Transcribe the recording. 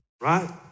right